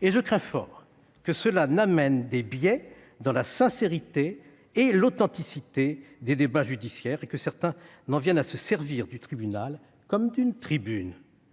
et je crains fort que cela n'amène des biais dans la sincérité et l'authenticité des débats judiciaires, et que certains n'en viennent à se servir du tribunal comme d'une tribune.